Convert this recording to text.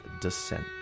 Descent